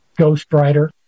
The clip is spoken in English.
ghostwriter